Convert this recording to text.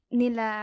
nila